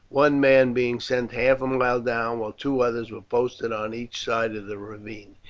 one man being sent half a mile down while two others were posted on each side of the ravine.